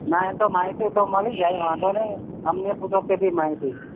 ના એ તો માહિતી મળી જાય વાંધો નહી અમને પૂછો તે બી માહિતી